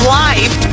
life